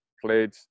played